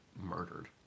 Murdered